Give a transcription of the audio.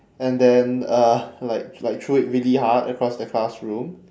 and then uh like like threw it really hard across the classroom